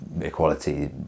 equality